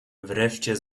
wreszcie